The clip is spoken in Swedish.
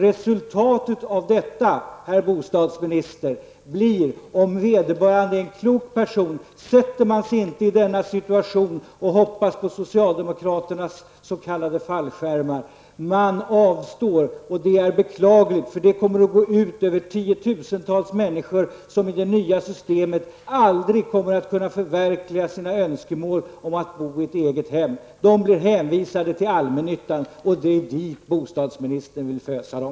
Resultatet av detta, herr bostadsminister, blir, om man är en klok person, att man inte försätter sig i denna situation och hoppas på socialdemokraternas s.k. fallskärmar. Man avstår, och det är beklagligt för det kommer att gå ut över tiotusentals människor som i det nya systemet aldrig kommer att kunna förverkliga sin önskan om att få bo i ett eget hem. De blir hänvisade till allmännyttan, och det är dit bostadsministern vill fösa dem.